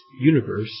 universe